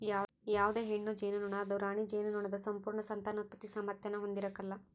ಯಾವುದೇ ಹೆಣ್ಣು ಜೇನುನೊಣ ಅದು ರಾಣಿ ಜೇನುನೊಣದ ಸಂಪೂರ್ಣ ಸಂತಾನೋತ್ಪತ್ತಿ ಸಾಮಾರ್ಥ್ಯಾನ ಹೊಂದಿರಕಲ್ಲ